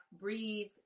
breathe